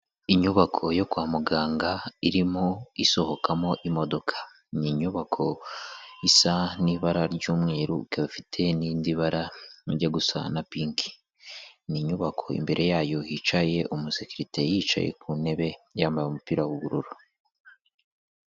Inyubako yo kwa muganga irimo isohokamo imodoka. Ni inyubako isa n'ibara ry'umweru, ikaba ifite n'indi bara ijya gusa na pinki. Ni inyubako imbere yayo hicaye umusikirite yicaye ku ntebe, yambaye umupira w'ubururu.